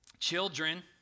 Children